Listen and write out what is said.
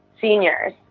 seniors